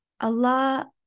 Allah